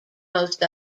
most